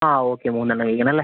ആ ഓക്കെ മൂന്നെണ്ണം കഴിക്കണം അല്ലേ